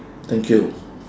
thank you